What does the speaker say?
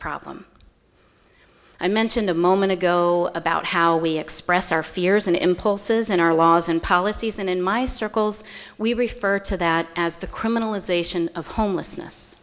problem i mentioned a moment ago about how we express our fears and impulses in our laws and policies and in my circles we refer to that as the criminalization of homelessness